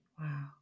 Wow